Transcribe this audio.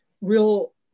real